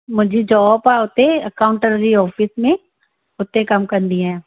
मुंहिंजी जॉब आहे उते अकाउंटर जी ऑफ़िस में उते कमु कंदी आहियां